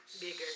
bigger